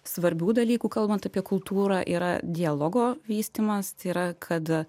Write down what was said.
svarbių dalykų kalbant apie kultūrą yra dialogo vystymas tai yra kad